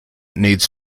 needs